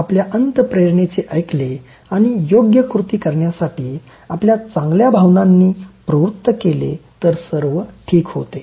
परंतु जर आपण आपली अंतःप्रेरणेचे ऐकले आणि योग्य कृती करण्यासाठी आपल्या चांगल्या भावनांनी प्रवृत्त केले तर सर्व ठीक होते